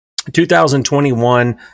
2021